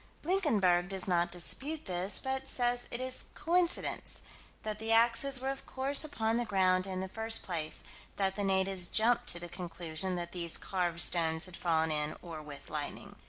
blinkenberg does not dispute this, but says it is coincidence that the axes were of course upon the ground in the first place that the natives jumped to the conclusion that these carved stones had fallen in or with lightning.